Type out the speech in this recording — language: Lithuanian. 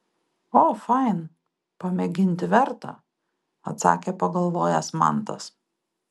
o fain pamėginti verta atsakė pagalvojęs mantas